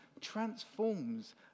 transforms